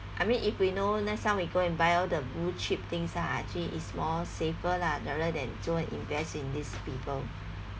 I mean if we know next time we go and buy all the blue chip things lah actually it's more safer lah rather than go invest in these people